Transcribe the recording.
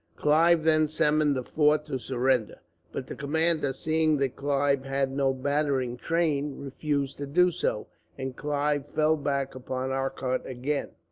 clive then summoned the fort to surrender but the commander, seeing that clive had no battering train, refused to do so and clive fell back upon arcot again,